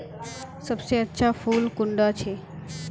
सबसे अच्छा फुल कुंडा छै?